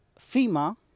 FEMA